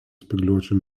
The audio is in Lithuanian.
spygliuočių